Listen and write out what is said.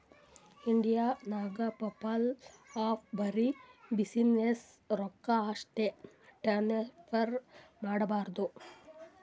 India ನಾಗ್ PayPal app ಬರೆ ಬಿಸಿನ್ನೆಸ್ದು ರೊಕ್ಕಾ ಅಷ್ಟೇ ಟ್ರಾನ್ಸಫರ್ ಮಾಡಬೋದು